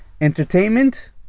entertainment